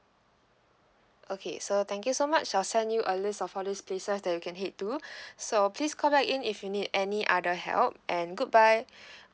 okay sir thank you so much I'll send you a list of all this places that you can head to so please call back in if you need any other help and goodbye